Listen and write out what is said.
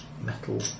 metal